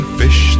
fish